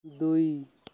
ଦୁଇ